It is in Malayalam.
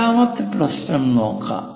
രണ്ടാമത്തെ പ്രശ്നം നോക്കാം